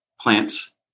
plants